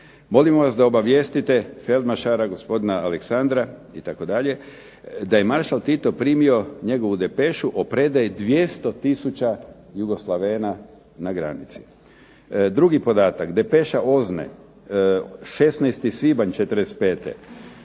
molimo vas da obavijestite feldmaršala gospodina Aleksandra itd. da je maršal Tito primio njegovu depešu o predaji 200 tisuća Jugoslavena na granici. Drugi podatak depeša …/Ne razumije